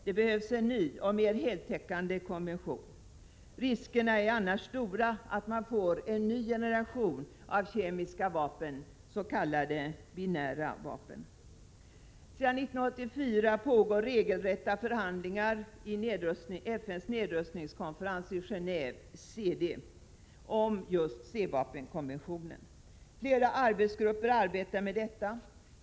Det behövs en ny och mer heltäckande konvention. Riskerna är annars stora att man får en ny generation av kemiska vapen, s.k. binära vapen. ; Sedan 1984 pågår regelrätta förhandlingar i FN:s nedrustningskonferens i Geneve, CD, om C-vapenkonventionen. Flera arbetsgrupper arbetar med detta.